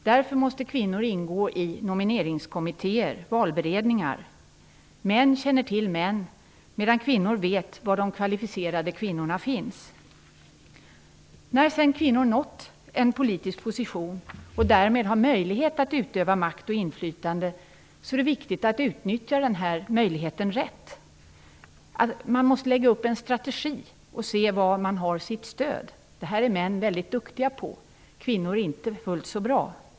Därför måste kvinnor ingå i nomineringskommittéer, valberedningar. Män känner till män, medan kvinnor vet var de kvalificerade kvinnorna finns. När sedan kvinnor nått en politisk position och därmed har möjlighet att utöva makt och inflytande är det viktigt att utnyttja den möjligheten rätt. Man måste lägga upp en strategi och se var man har sitt stöd. Det här är män mycket duktiga på, kvinnor inte fullt så bra.